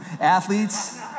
Athletes